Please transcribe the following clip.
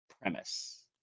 Premise